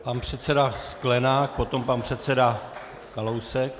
Pan předseda Sklenák, potom pan předseda Kalousek.